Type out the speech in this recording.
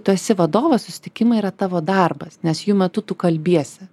tu esi vadovas susitikimai yra tavo darbas nes jų metu tu kalbiesi